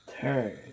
Turn